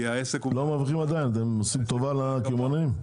לא מרוויחים, אתם עושים טובה לקמעונאים?